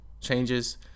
changes